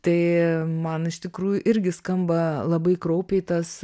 tai man iš tikrųjų irgi skamba labai kraupiai tas